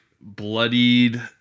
Bloodied